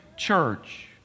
church